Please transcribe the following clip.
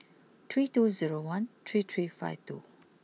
three two zero one three three five two